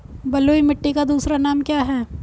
बलुई मिट्टी का दूसरा नाम क्या है?